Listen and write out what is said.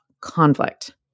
conflict